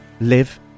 live